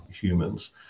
humans